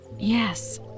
yes